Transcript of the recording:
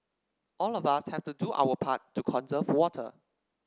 all of us have to do our part to conserve water